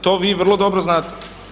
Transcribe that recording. To vi vrlo dobro znate.